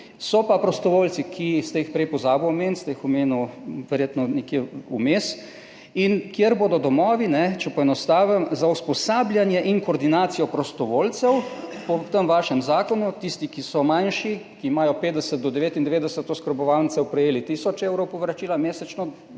So pa prostovoljci, ki ste jih prej pozabili omeniti, omenili ste jih verjetno nekje vmes, kjer bodo domovi, če poenostavim, za usposabljanje in koordinacijo prostovoljcev po tem vašem zakonu, tisti, ki so manjši, ki imajo 50 do 99 oskrbovancev, prejeli mesečno tisoč evrov povračila,